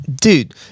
Dude